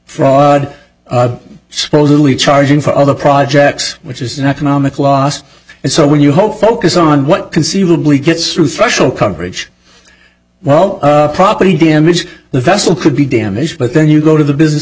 from supposedly charging for other projects which is an economic loss and so when you hope focus on what conceivably gets through special coverage well property damage the vessel could be damaged but then you go to the business